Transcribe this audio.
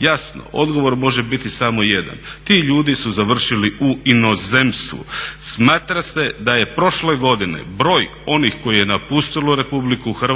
Jasno odgovor može biti samo jedan, ti ljudi su završili u inozemstvu. Smatra se da je prošle godine broj onih koji su napustili RH